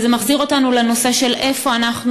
אבל זה מחזיר אותנו לנושא של איפה אנחנו